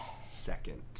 second